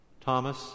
Thomas